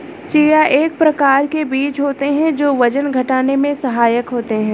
chia एक प्रकार के बीज होते हैं जो वजन घटाने में सहायक होते हैं